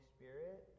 Spirit